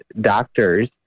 doctors